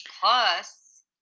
Plus